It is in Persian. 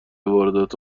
واردات